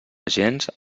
gens